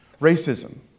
Racism